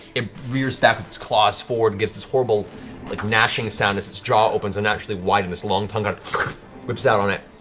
it rears back with its claws forward and gives this horrible like gnashing sound as its jaw opens and actually widens. this long tongue ah whips out on it.